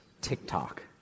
tiktok